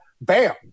bam